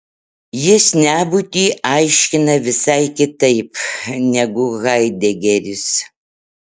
jis nebūtį aiškina visai kitaip negu haidegeris